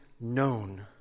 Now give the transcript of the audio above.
known